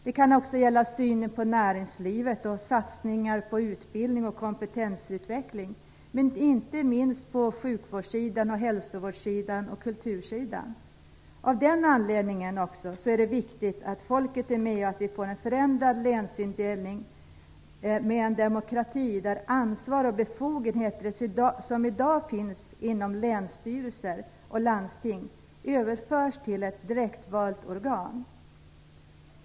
Det kan också gälla synen på näringslivet och satsningar på utbildning och kompetensutveckling, men inte minst gäller det sjukvårds-, hälsovårds och kultursidan. Även av den anledningen är det viktigt att folket är med och att vi får en förändrad länsindelning med en demokrati där ansvar och befogenheter som i dag finns inom länsstyrelse och landsting överförs till ett direktvalt organ.